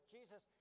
Jesus